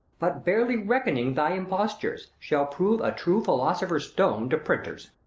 but barely reckoning thy impostures, shall prove a true philosopher's stone to printers.